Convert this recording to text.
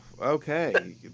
Okay